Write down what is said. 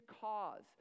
cause